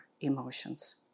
emotions